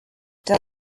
der